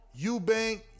Eubank